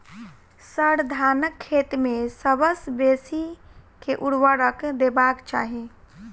sir, धानक खेत मे सबसँ बेसी केँ ऊर्वरक देबाक चाहि